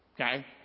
Okay